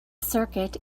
circuit